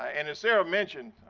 and as sara mentioned,